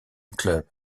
club